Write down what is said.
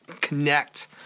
connect